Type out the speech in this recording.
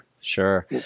Sure